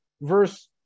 verse